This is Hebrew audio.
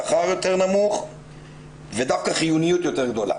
שכר יותר נמוך ודווקא חיוניות יותר גדולה.